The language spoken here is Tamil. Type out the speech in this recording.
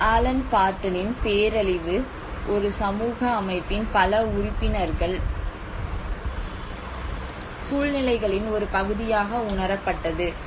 ஆலன் பார்ட்டனின் பேரழிவு ஒரு சமூக அமைப்பின் பல உறுப்பினர்கள் அந்த அமைப்பிலிருந்து எதிர்பார்க்கப்படும் வாழ்க்கை நிலைமைகளைப் பெறத் தவறியபோது ஏற்படும் பெரிய அளவிலான கூட்டு அழுத்த சூழ்நிலைகளின் ஒரு பகுதியாக உணரப்பட்டது